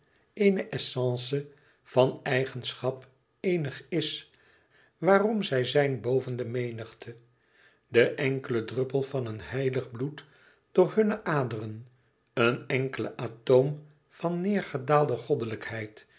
essence van eigenschap eenig is waarom zij zijn boven de menigte de enkele druppel van een heilig bloed door hunne aderen een enkele atoom van neêrgedaalde goddelijkheid